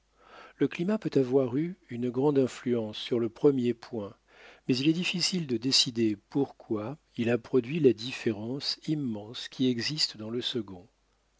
le climat peut avoir eu une grande influence sur le premier point mais il est difficile de décider pourquoi il a produit la différence immense qui existe dans le second